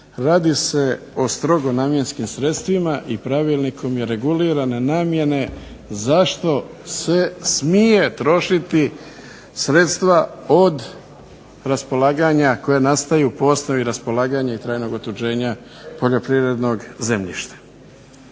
radi se o strogo namjenskim sredstvima i pravilnikom je regulirana namjena zašto se smije trošiti sredstva od raspolaganja, koja nastaju po osnovi raspolaganja i trajnog utvrđenja poljoprivrednog zemljišta.